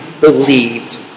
believed